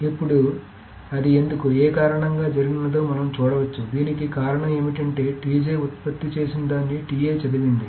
ఇప్పుడు అది ఎందుకు ఏ కారణంగా జరిగినదో మనం చూడవచ్చు దీనికి కారణం ఏమిటంటే ఉత్పత్తి చేసినదాన్ని చదివింది